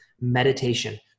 Meditation